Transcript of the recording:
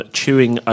chewing